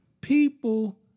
people